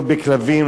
לא בכלבים,